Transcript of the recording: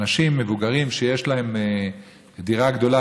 אנשים מבוגרים שיש להם דירה גדולה,